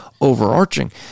overarching